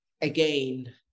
again